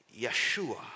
Yeshua